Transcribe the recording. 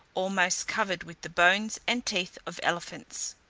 almost covered with the bones and teeth of elephants.